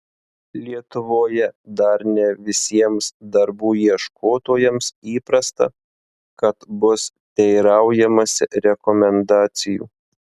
lietuvoje dar ne visiems darbų ieškotojams įprasta kad bus teiraujamasi rekomendacijų